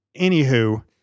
Anywho